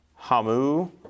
Hamu